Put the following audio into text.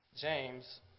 James